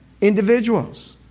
individuals